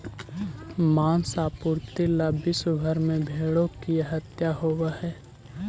माँस आपूर्ति ला विश्व भर में भेंड़ों की हत्या होवअ हई